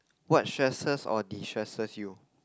what stresses or destresses you